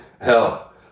hell